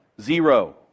Zero